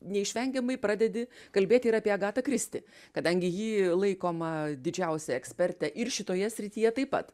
neišvengiamai pradedi kalbėti ir apie agatą kristi kadangi ji laikoma didžiausia eksperte ir šitoje srityje taip pat